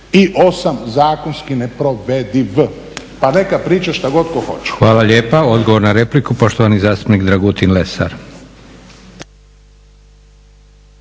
38.zakonski neprovediv pa neka priča šta god tko hoće. **Leko, Josip (SDP)** Hvala lijepa. Odgovor na repliku poštovani zastupnik Dragutin Lesar.